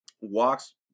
walks